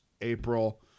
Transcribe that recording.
April